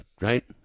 right